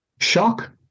shock